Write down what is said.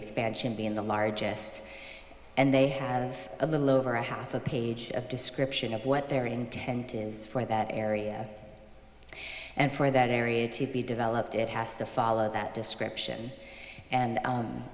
expansion being the largest and they have a little over a half a page of description of what their intent is for that area and for that area to be developed it has to follow that description and